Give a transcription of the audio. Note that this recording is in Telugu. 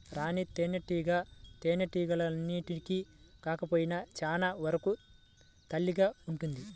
రాణి తేనెటీగ తేనెటీగలన్నింటికి కాకపోయినా చాలా వరకు తల్లిగా ఉంటుంది